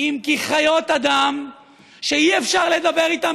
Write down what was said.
כי אם חיות אדם שאי-אפשר לדבר איתן